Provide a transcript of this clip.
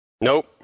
Nope